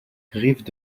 rives